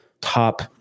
top